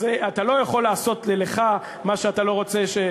אז אתה לא יכול לעשות לי מה שאתה לא רוצה,